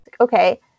Okay